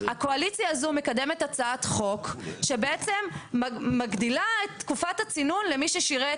הקואליציה הזאת מקדמת הצעת חוק שבעצם מגדילה את תקופת הצינון למי ששירת,